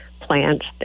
plants